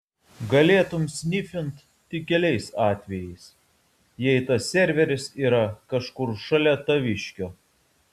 galėtum snifint tik keliais atvejais jei tas serveris yra kažkur šalia taviškio